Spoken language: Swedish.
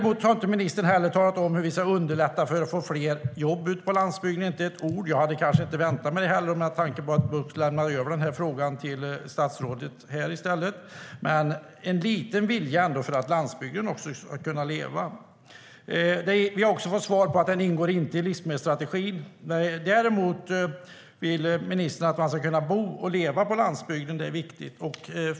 Ministern har inte heller talat om hur vi ska underlätta för att få fler jobb ute på landsbygden. Inte ett ord har han sagt. Jag hade kanske inte heller väntat mig det, med tanke på att Bucht lämnade över den frågan till statsrådet här. Men man kan ju visa lite vilja för att landsbygden också ska kunna leva. Vi har fått svaret att detta inte ingår i livsmedelsstrategin. Däremot vill ministern att man ska kunna bo och leva på landsbygden - det är viktigt.